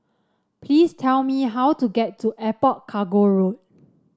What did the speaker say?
please tell me how to get to Airport Cargo Road